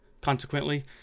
Consequently